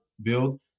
build